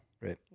Right